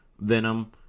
Venom